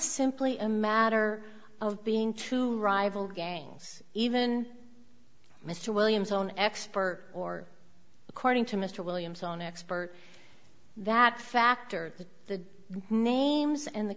simply a matter of being two rival gangs even mr williams own expert or according to mr williams own expert that factor in the names and the